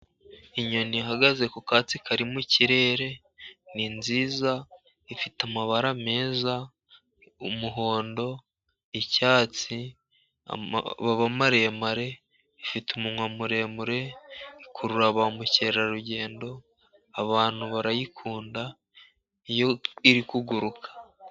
Inyoni ihagaze ku katsi kari mu kirere ni nziza. Ifite amabara meza. Umuhondo, icyatsi, amababa maremare. ifite umunwa muremure. Ikurura ba mukerarugendo abantu barayikunda iyo iri kuguruka.